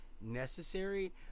necessary